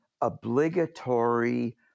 obligatory